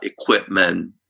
equipment